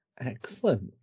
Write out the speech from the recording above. Excellent